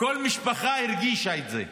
כל משפחה הרגישה את זה.